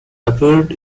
appeared